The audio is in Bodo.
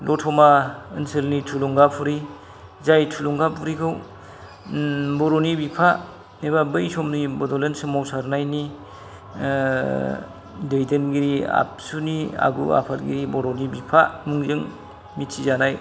दतमा ओनसोलनि थुलुंगाफुरि जाय थुलुंगाफुरिखौ बर'नि बिफा एबा बै समनि बड'लेण्ड सोमावसारनायनि दैदेनगिरि आबसुनि आगु आफादगिरि बर'नि बिफा मुंजों मिथिजानाय